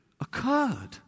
occurred